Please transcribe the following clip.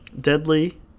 Deadly